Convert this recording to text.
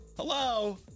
Hello